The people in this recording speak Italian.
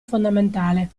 fondamentale